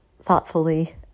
thoughtfully